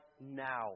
now